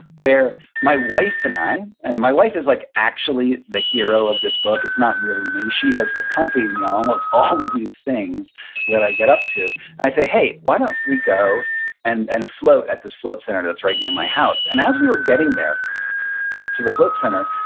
where my wife and i, and my wife is like actually the hero of this book, it's not really me. she has accompanied me on almost all of these things that i get up to. and i say, hey, why don't we go and and float at this float center that's right near my house? and as we were getting there to the float center,